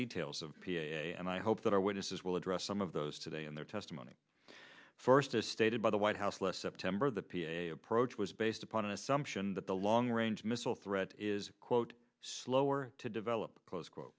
details of and i hope that our witnesses will address some of those today in their testimony first as stated by the white house last september the p a approach was based upon an assumption that the long range missile threat is quote slower to develop close